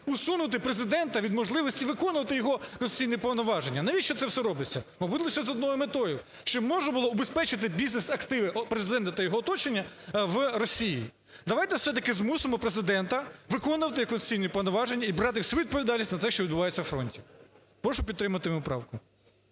усунути Президента від можливості виконувати його конституційні повноваження, навіщо це все робиться? Мабуть лише з однією метою, щоб можна було убезпечити бізнес-активи Президента та його оточення в Росії. Давайте все-таки змусимо Президента виконувати конституційні повноваження і брати всю відповідальність за те, що відбувається на фронті. Прошу підтримати мою правку.